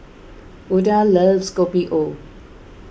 Oda loves Kopi O